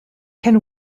can